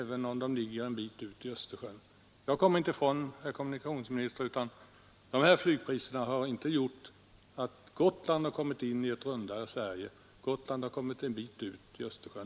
Vi kommer inte ifrån, herr kommunikationsminister, att de höjda flygpriserna inte har gjort att Gotland har kommit in i ”ett rundare Sverige” utan i stället att det har kommit ytterligare en bit ut i Östersjön.